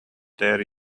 their